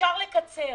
אפשר לקצר